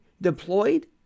deployed